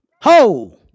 ho